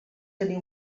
tenir